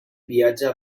viatge